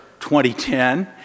2010